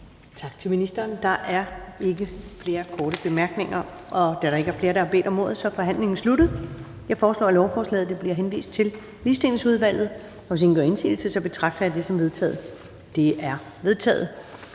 Tak til ministeren. Der er ikke flere korte bemærkninger. Da der ikke er flere, der har bedt om ordet, er forhandlingen sluttet. Jeg foreslår, at lovforslaget henvises til Ligestillingsudvalget. Hvis ingen gør indsigelse, betragter jeg det som vedtaget. Det er vedtaget.